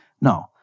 No